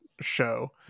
show